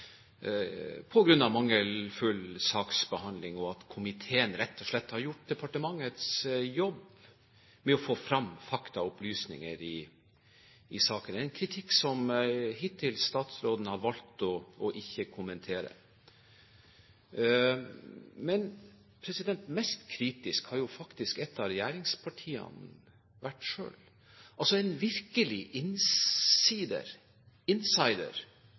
av mangelfull saksbehandling, og at komiteen rett og slett har gjort departementets jobb med å få frem faktaopplysninger i saken. Det er en kritikk som statsråden hittil har valgt ikke å kommentere. Men mest kritisk har faktisk et av regjeringspartiene selv vært, altså en virkelig insider